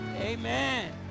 Amen